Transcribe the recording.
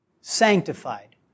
sanctified